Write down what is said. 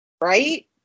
Right